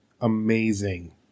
amazing